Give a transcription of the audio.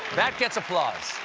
that gets applause.